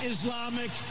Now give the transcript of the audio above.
Islamic